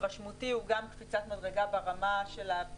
מהתרשמותי הוא גם קפיצת מדרגה בפועל,